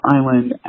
Island